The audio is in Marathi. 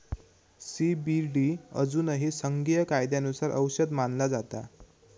सी.बी.डी अजूनही संघीय कायद्यानुसार औषध मानला जाता